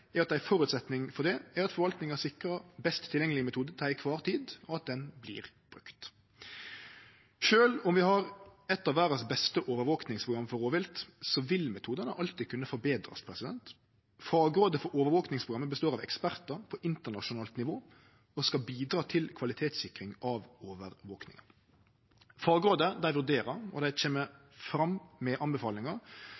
at ein føresetnad for det er at forvaltninga sikrar best tilgjengeleg metode til kvar tid, og at den blir brukt. Sjølv om vi har eit av dei beste overvakingsprogramma for rovvilt i verda, vil metodane alltid kunne forbetrast. Fagrådet for Nasjonalt Overvåkingsprogram består av ekspertar på internasjonalt nivå og skal bidra til kvalitetssikring av overvakinga. Fagrådet vurderer og kjem